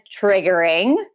triggering